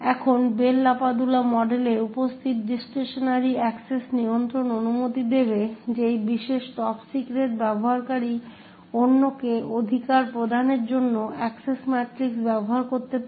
এখন Bell LaPadula মডেলে উপস্থিত ডিসক্রিশনারি অ্যাক্সেস নিয়ন্ত্রণ অনুমতি দেবে যে এই বিশেষ টপ সিক্রেট ব্যবহারকারী অন্যকে অধিকার প্রদানের জন্য অ্যাক্সেস ম্যাট্রিক্স ব্যবহার করতে পারে